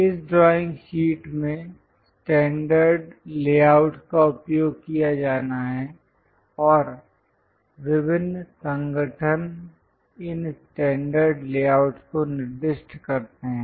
इस drawing sheet में standard layout का उपयोग किया जाना है और विभिन्न संगठन इन स्टैंडर्ड लेआउट को निर्दिष्ट करते हैं